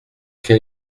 quel